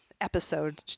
episode